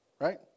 right